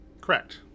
Correct